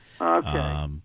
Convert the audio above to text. Okay